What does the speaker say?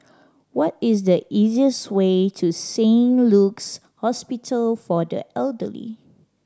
what is the easiest way to Saint Luke's Hospital for the Elderly